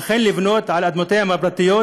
אכן לבנות על אדמותיהם הפרטיות,